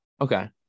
Okay